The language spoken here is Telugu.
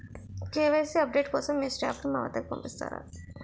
కే.వై.సీ అప్ డేట్ కోసం మీ స్టాఫ్ ని మా వద్దకు పంపిస్తారా?